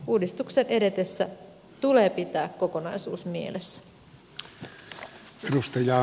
uudistuksen edetessä tulee pitää kokonaisuus mielessä